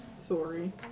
Sorry